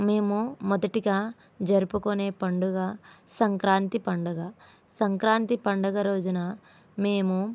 మేము మొదటిగా జరుపుకునే పండుగ సంక్రాంతి పండుగ సంక్రాంతి పండుగ రోజున మేము